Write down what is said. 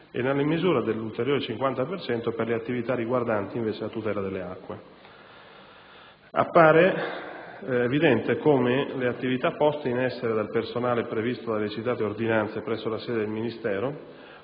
e, nella misura dell'ulteriore 50 per cento, per le attività riguardanti la tutela delle acque. Appare evidente come le attività poste in essere dal personale previsto dalle citate ordinanze presso la sede del Ministero,